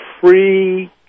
free